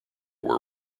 were